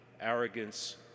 arrogance